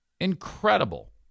Incredible